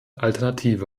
alternative